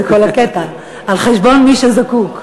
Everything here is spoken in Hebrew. זה כל הקטע, על-חשבון מי שזקוק.